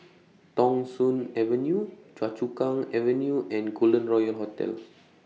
Thong Soon Avenue Choa Chu Kang Avenue and Golden Royal Hotel